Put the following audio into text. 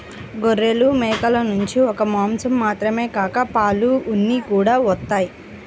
గొర్రెలు, మేకల నుంచి ఒక్క మాసం మాత్రమే కాక పాలు, ఉన్ని కూడా వత్తయ్